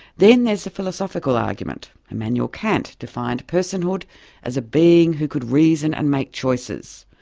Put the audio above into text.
then there's a philosophical argument immanuel kant defined personhood as a being who could reason and make choices,